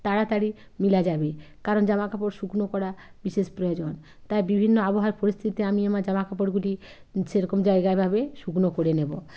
তাড়াতাড়ি মেলা যাবে কারণ জামা কাপড় শুকনো করা বিশেষ প্রয়োজন তাই বিভিন্ন আবহাওয়ার পরিস্থিতি আমি আমার জামা কাপড়গুলি যেরকম জায়গা ভাবে শুকনো করে নেব